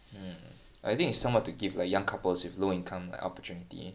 mm I think it's somewhat to give the young couples with low income like opportunity